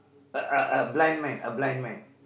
a a a blind man a blind man